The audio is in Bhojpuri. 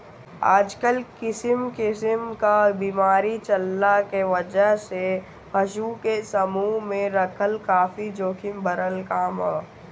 आजकल किसिम किसिम क बीमारी चलला के वजह से पशु के समूह में रखल काफी जोखिम भरल काम ह